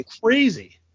crazy